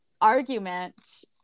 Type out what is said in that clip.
argument